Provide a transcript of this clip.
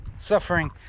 suffering